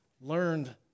learned